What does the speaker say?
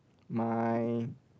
my